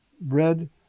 bread